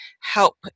help